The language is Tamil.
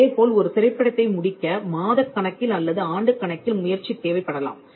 இதே போல் ஒரு திரைப்படத்தை முடிக்க மாதக் கணக்கில் அல்லது ஆண்டுக்கணக்கில் முயற்சி தேவைப்படலாம்